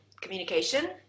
communication